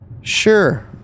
sure